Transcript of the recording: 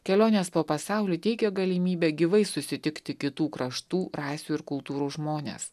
kelionės po pasaulį teikia galimybę gyvai susitikti kitų kraštų rasių ir kultūrų žmones